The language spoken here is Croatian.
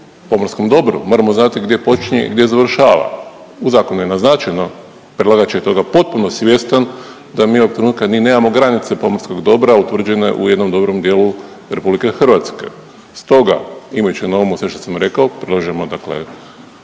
pomorskom dobru moramo znati gdje počinje i gdje završava. U zakonu je naznačeno, predlagač je toga potpuno svjestan da mi ovog trenutka ni nemamo granice pomorskog dobra utvrđeno je u jednom dobrom dijelu Republike Hrvatske, stoga imajući na umu sve što sam rekao predlažemo dakle